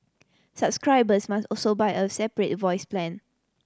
subscribers must also buy a separate voice plan